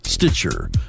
Stitcher